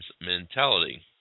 mentality